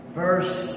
verse